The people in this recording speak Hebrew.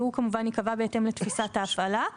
שהוא כמובן ייקבע בהתאם לתפיסת ההפעלה.